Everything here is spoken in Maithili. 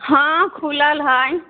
हँ खुलल है